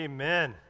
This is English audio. Amen